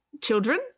children